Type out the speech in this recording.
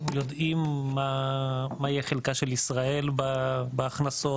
יודעים מה יהיה חלקה של ישראל בהכנסות,